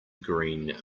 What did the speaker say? green